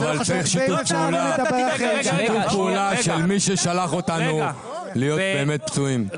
אבל צריך שיתוף פעולה של מי ששלח אותנו להיות באמת פצועים,